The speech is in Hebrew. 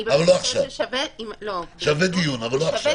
זה שווה דיון, אבל לא עכשיו.